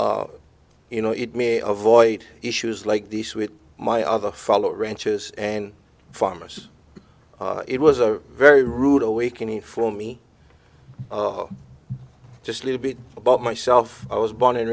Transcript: you know it may avoid issues like this with my other fellow ranchers and farmers it was a very rude awakening for me just a little bit about myself i was born and